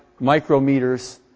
micrometers